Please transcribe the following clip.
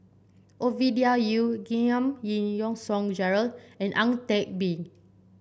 Ovidia Yu Giam Yean Song Gerald and Ang Teck Bee